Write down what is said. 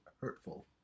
hurtful